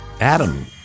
Adam